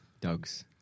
dogs